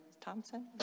Thompson